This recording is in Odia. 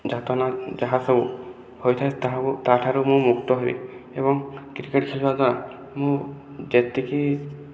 ଯାତନା ଯାହାସବୁ ହୋଇଥାଏ ତାହାକୁ ତାଠାରୁ ମୁଁ ମୁକ୍ତ ହୁଏ ଏବଂ କ୍ରିକେଟ ଖେଳିବା ଦ୍ଵାରା ମୁଁ ଯେତିକି